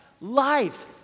life